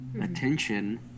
attention